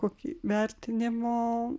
kokį vertinimo